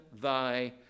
thy